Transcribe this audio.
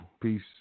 peace